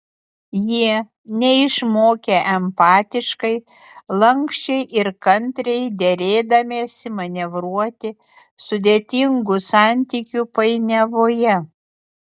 jie neišmokę empatiškai lanksčiai ir kantriai derėdamiesi manevruoti sudėtingų santykių painiavoje